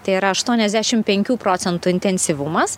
tai yra aštuoniasdešim penkių procentų intensyvumas